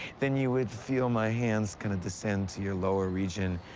then you would feel my hands kind of descend to your lower region,